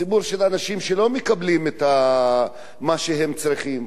ציבור של אנשים שלא מקבלים את מה שהם צריכים.